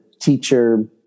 teacher